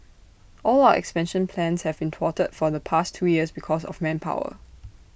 all our expansion plans have been thwarted for the past two years because of manpower